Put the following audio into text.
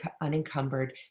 unencumbered